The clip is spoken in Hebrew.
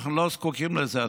אנחנו לא זקוקים לזה.